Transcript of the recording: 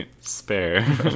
spare